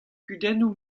kudennoù